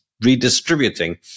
redistributing